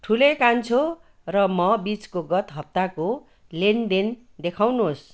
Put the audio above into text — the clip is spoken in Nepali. ठुले कान्छो र म बिचको गत हप्ताको लेनदेन देखाउनुहोस्